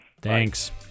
Thanks